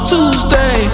Tuesday